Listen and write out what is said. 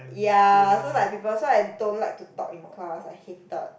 ya so like people so I don't like to talk in class I hated